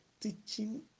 Teaching